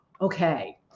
Okay